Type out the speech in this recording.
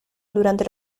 durante